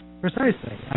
Precisely